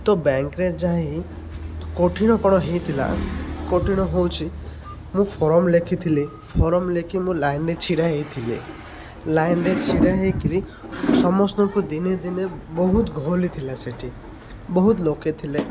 ତ ବ୍ୟାଙ୍କ୍ରେ ଯାଇ କଠିନ କ'ଣ ହେଇଥିଲା କଠିନ ହେଉଛି ମୁଁ ଫର୍ମ ଲେଖିଥିଲି ଫର୍ମ ଲେଖି ମୁଁ ଲାଇନ୍ରେେ ଛିଡ଼ା ହେଇଥିଲି ଲାଇନ୍ରେ ଛିଡ଼ା ହେଇକିରି ସମସ୍ତଙ୍କୁ ଦିନ ଦିନ ବହୁତ ଗହଳି ଥିଲା ସେଇଠି ବହୁତ ଲୋକ ଥିଲେ